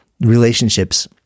relationships